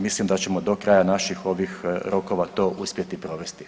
Mislim da ćemo do kraja naših ovih rokova to uspjeti provesti.